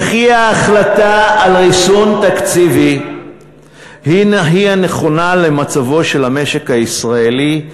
וכי ההחלטה על ריסון תקציבי היא הנכונה למצבו של המשק הישראלי,